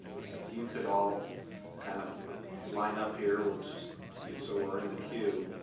ok. if you could all kind of line up here, we'll just so we're in the queue,